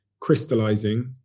crystallizing